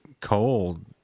cold